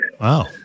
Wow